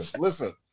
listen